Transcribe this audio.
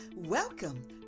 welcome